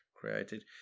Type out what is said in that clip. created